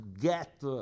get